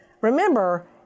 Remember